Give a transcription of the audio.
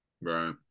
Right